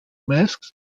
masks